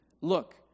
look